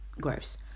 gross